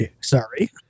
Sorry